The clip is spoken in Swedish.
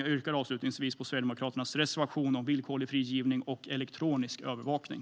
Jag yrkar bifall till Sverigedemokraternas reservation om villkorlig frigivning och elektronisk övervakning.